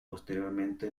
posteriormente